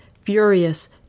furious